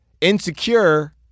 Insecure